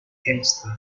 gangsters